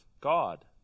God